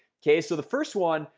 okay, so the first one.